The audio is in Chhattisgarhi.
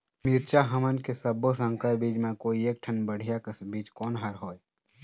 मिरचा हमन के सब्बो संकर बीज म कोई एक ठन बढ़िया कस बीज कोन हर होए?